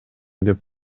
деп